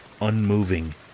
unmoving